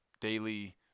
daily